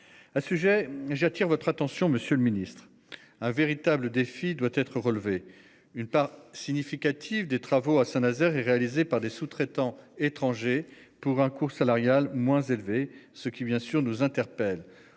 À sujet j'attire votre attention. Monsieur le Ministre, un véritable défi doit être relevé une part significative des travaux à Saint-Nazaire et réalisé par des sous-traitants étrangers pour un court salariales moins élevées. Ce qui bien sûr nous interpelle.